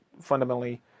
fundamentally